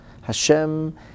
Hashem